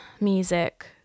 music